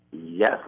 Yes